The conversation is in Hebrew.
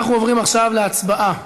אנחנו עוברים עכשיו להצבעה.